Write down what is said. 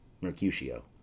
Mercutio